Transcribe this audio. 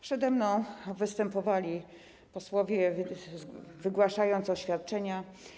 Przede mną występowali posłowie, wygłaszając oświadczenia.